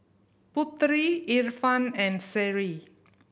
Putri Irfan and Seri